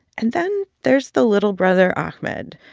and then there's the little brother ahmed,